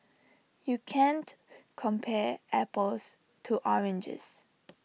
you can't compare apples to oranges